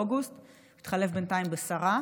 הוא התחלף בינתיים בשרה,